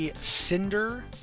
Cinder